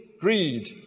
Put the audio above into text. greed